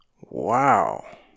Wow